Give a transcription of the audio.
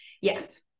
Yes